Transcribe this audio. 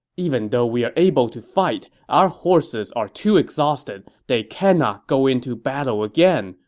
even though we are able to fight, our horses are too exhausted. they cannot go into battle again,